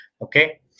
Okay